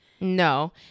No